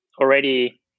already